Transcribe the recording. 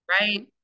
Right